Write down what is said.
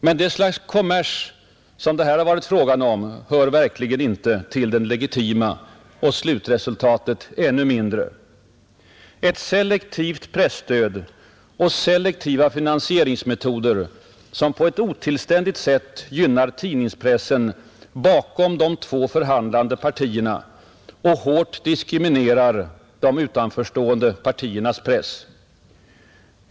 Men det slags kommers som det här varit fråga om hör verkligen inte till det legitima, och slutresultatet ännu mindre: Ett selektivt presstöd och selektiva finansieringsmetoder som på ett otillständigt sätt gynnar tidningspressen bakom de två förhandlande partierna och hårt diskriminerar de utanförstående partiernas press.